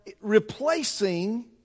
replacing